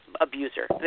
abuser